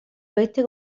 oeste